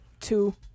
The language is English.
two